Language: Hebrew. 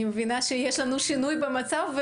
אני מבינה שיש לנו שינוי במצב,